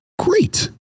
great